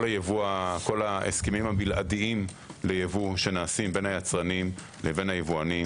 כל ההסכמים הבלעדיים לייבוא שנעשים בין היצרנים ליבואנים,